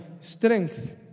strength